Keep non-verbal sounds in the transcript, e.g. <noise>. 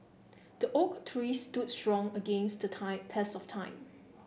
the oak tree stood strong against the <unintelligible> test of time